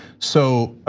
so,